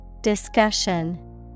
Discussion